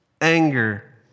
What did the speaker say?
anger